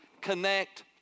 connect